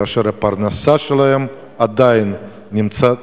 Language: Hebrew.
כאשר הפרנסה שלהם עדיין נמצאת